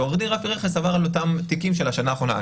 והוא עבר על אותם תיקים של השנה האחרונה.